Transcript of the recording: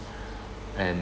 and